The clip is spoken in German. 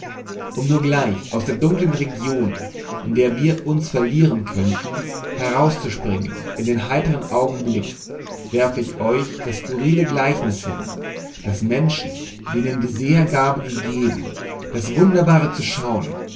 um nur gleich aus der dunklen region in die wir uns verlieren könnten heraufzuspringen in den heitren augenblick werf ich euch das skurrile gleichnis hin daß menschen denen die sehergabe das wunderbare zu schauen